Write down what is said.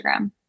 Instagram